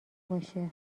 باشه